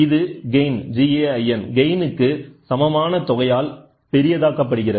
இது கெயின் க்கு சமமான தொகையால் பெரிய தாக்கப்படுகிறது